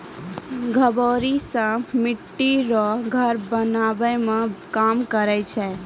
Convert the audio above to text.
गभोरी से मिट्टी रो घर भी बनाबै मे काम करै छै